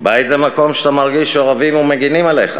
בית זה מקום שבו אתה מרגיש שאוהבים אותך ומגינים עליך,